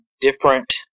different